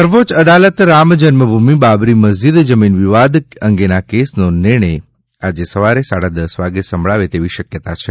સર્વોચ્ય અદાલત રામજન્મભૂમિ બાબરી મસ્જિદ જમીન વિવાદ અંગેના કેસનો નિર્ણય આજે સવારે સાડા દસ વાગે સંભળાવે તેવી શક્યતા છે